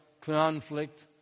conflict